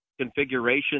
configuration